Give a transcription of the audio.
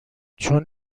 چون